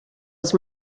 els